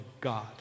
God